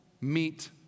meet